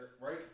right